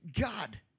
God